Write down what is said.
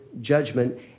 judgment